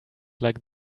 like